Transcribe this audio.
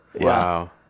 Wow